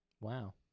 Wow